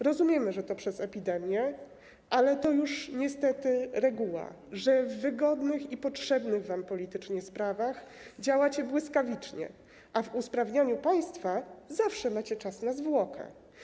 Rozumiemy, że to przez epidemię, ale to już niestety reguła, że w wygodnych i potrzebnych wam politycznie sprawach działacie błyskawicznie, a w usprawnianiu państwa zawsze macie czas na zwłokę.